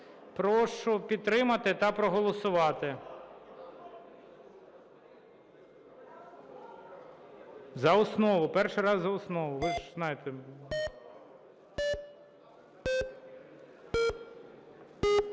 Прошу підтримати та проголосувати. За основу. Перший раз - за основу, ви ж знаєте.